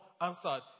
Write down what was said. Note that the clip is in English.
answered